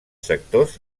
sectors